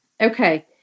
Okay